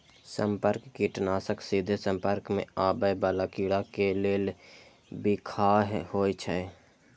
संपर्क कीटनाशक सीधे संपर्क मे आबै पर कीड़ा के लेल बिखाह होइ छै